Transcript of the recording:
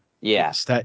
Yes